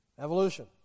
Evolution